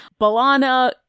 Balana